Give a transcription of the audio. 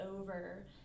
over